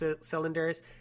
cylinders